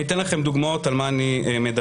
אני אתן לכם דוגמאות על מה אני מדבר.